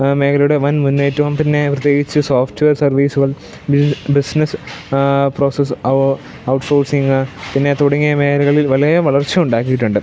മേഖലയുടെ വൻ മുന്നേറ്റവും പിന്നെ പ്രത്യേകിച്ചു സോഫ്റ്റ്വെയർ സർവീസുകൾ ബിസിനസ്സ് പ്രോസസ്സ് ഔട്ട് സോഴ്സിങ്ങ് പിന്നെ തുടങ്ങിയ മേഖലകളിൽ വലിയ വളർച്ച ഉണ്ടാക്കിയിട്ടുണ്ട്